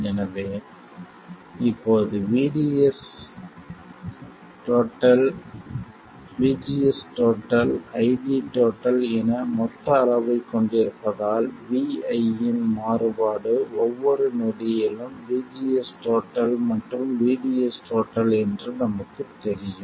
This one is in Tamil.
எனவே இப்போது VGS VDS ID என மொத்த அளவைக் கொண்டிருப்பதால் vi இன் மாறுபாடு ஒவ்வொரு நொடியிலும் VGS மற்றும் VDS என்று நமக்குத் தெரியும்